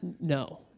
No